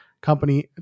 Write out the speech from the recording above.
company